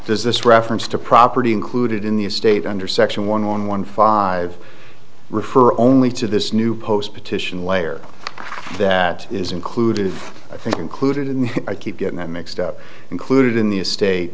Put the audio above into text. does this reference to property included in the state under section one one one five refer only to this new post petition layer that is included i think included in i keep getting that mixed up included in the estate